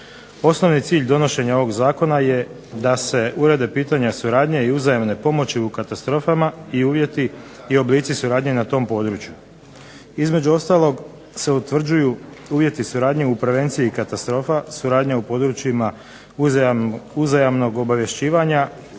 Osnovni cilj donošenja ovog Zakona je da se urede pitanja suradnje i uzajamne pomoći u katastrofama i uvjeti i oblici suradnje na tom području. Između ostalog se utvrđuju uvjeti suradnje u prevenciji katastrofa, suradnja u područjima uzajamnog obavješćivanja